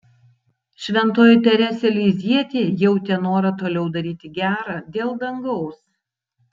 šventoji teresė lizjietė jautė norą toliau daryti gera dėl dangaus